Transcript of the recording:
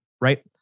right